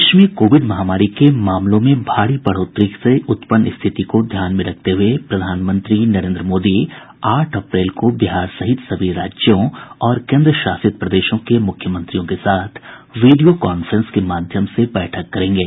देश में कोविड महामारी के मामलों में भारी बढ़ोतरी से उत्पन्न स्थिति को ध्यान में रखते हुए प्रधानमंत्री नरेंद्र मोदी आठ अप्रैल को बिहार सहित सभी राज्यों और केंद्रशासित प्रदेशों के मुख्यमंत्रियों के साथ वीडियो काफ्रेंस के माध्यम से बैठक करेंगे